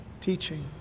teaching